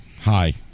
Hi